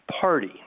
Party